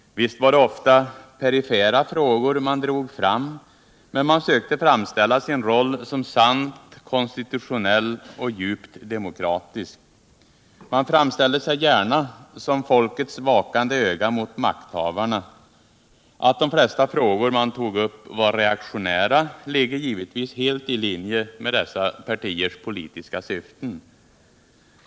Visst var det ofta perifera frågor man drog fram, men man sökte framställa sin roll som sant konstitutionell och djupt demokratisk. Man framställde sig gärna som folkets vakande öga mot makthavarna. Att de flesta frågor man tog upp var reaktionära ligger givetvis helt i linje med dessa partiers politiska syften.